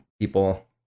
people